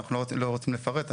אנחנו לא רוצים לפרט,